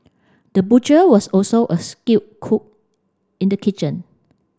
the butcher was also a skilled cook in the kitchen